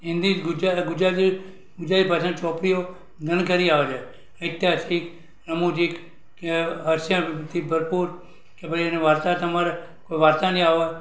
હિન્દી ગુજરાતી ગુજરાતી ભાષાની ચોપડીઓ ઘણી ખરી આવે છે ઐતિહાસિક રમુજીક હાસ્યથી ભરપૂર કે ભાઈ એને વાર્તા તમારે વાર્તાની આવે